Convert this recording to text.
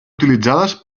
utilitzades